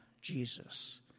Jesus